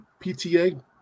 PTA